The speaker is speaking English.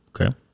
Okay